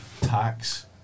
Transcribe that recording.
tax